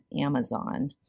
Amazon